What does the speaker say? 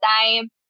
time